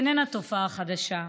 איננה תופעה חדשה.